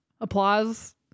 Applause